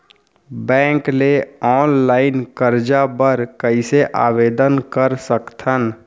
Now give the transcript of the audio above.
Bank ले online करजा बर कइसे आवेदन कर सकथन?